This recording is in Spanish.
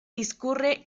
discurre